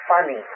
funny